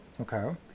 Okay